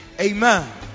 Amen